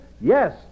yes